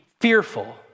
fearful